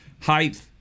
height